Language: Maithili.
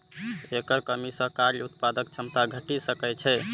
एकर कमी सं कार्य उत्पादक क्षमता घटि सकै छै